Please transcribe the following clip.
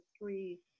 three